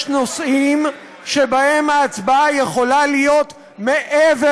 יש נושאים שבהם ההצבעה יכולה להיות מעבר